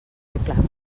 proclames